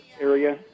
area